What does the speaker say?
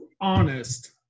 honest